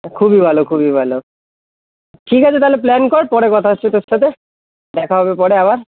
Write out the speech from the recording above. খুবই ভালো খুবই ভালো ঠিক আছে তাহলে প্ল্যান কর পরে কথা হচ্ছে তোর সাথে দেখা হবে পরে আবার